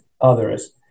others